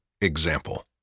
example